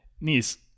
Nice